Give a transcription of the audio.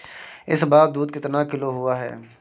इस बार दूध कितना किलो हुआ है?